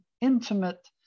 intimate